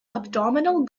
abdominal